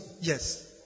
yes